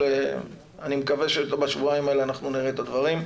אבל אני מקווה שבשבועיים האלה אנחנו נראה את הדברים.